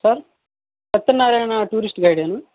sir Satyanarayana tourist guide ఏనా